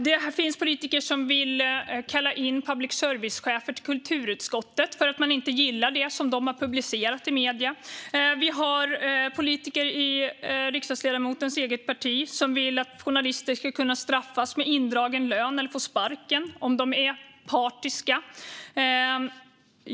Det finns politiker som vill kalla in public service-chefer till kulturutskottet för att de inte gillar det som publicerats. Vi har politiker i riksdagsledamotens parti som vill att journalister ska kunna straffas med indragen lön eller få sparken om de är partiska.